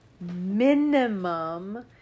minimum